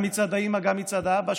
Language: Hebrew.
גם מצד האימא גם מצד האבא,